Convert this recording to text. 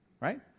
right